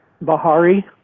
bahari